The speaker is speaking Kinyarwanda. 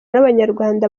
n’abanyarwanda